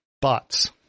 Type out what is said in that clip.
bots